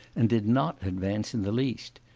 and did not advance in the least.